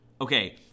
Okay